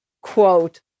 quote